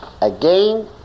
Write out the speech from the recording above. Again